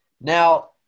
Now